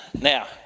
now